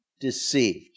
deceived